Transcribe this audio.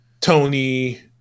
Tony